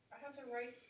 have the right